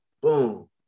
boom